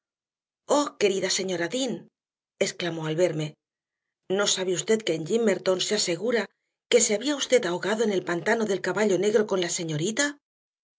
querida señora dean exclamó al verme no sabe usted que en gimmerton se asegura que se había usted ahogado en el pantano del caballo negro con la señorita